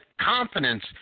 confidence